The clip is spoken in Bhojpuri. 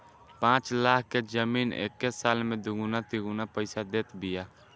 पाँच लाख के जमीन एके साल में दुगुना तिगुना पईसा देत बिया